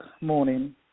morning